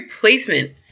placement